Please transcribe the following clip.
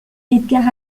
edgar